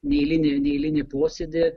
neeilinį neeilinį posėdį